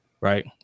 Right